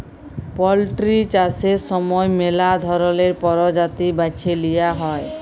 poultry চাষের সময় ম্যালা ধরলের পরজাতি বাছে লিঁয়া হ্যয়